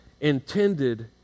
intended